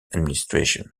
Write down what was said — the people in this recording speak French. administration